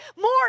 more